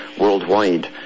worldwide